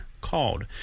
called